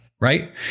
right